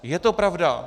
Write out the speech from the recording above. Je to pravda.